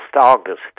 August